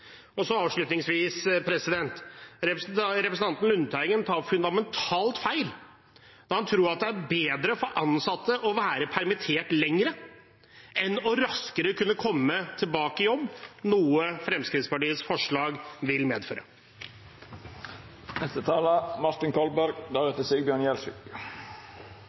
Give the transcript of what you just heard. Representanten Lundteigen tar fundamentalt feil når han tror det er bedre for ansatte å være permittert lenger enn å kunne komme raskere tilbake til jobb, noe Fremskrittspartiets forslag vil medføre.